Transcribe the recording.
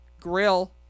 Grill